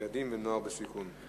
זמני טיפול בתביעות במוסד לביטוח לאומי,